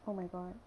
oh my god